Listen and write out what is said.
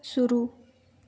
शुरू